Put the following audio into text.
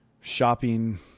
shopping